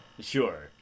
Sure